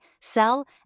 sell